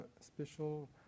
special